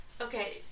Okay